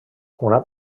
una